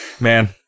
Man